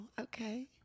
okay